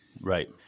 Right